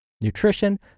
nutrition